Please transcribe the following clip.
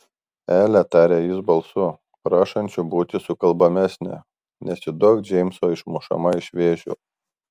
ele tarė jis balsu prašančiu būti sukalbamesnę nesiduok džeimso išmušama iš vėžių